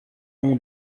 ont